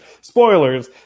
Spoilers